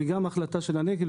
וגם לפי ההחלטה של הנגב,